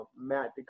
Matt